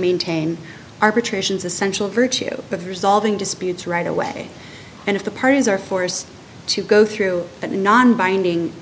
maintain arbitrations essential virtue of resolving disputes right away and if the parties are forced to go through that non binding